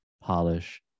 polish